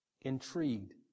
Intrigued